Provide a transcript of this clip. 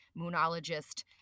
moonologist